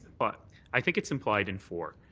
but i think it's implied in four.